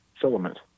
filament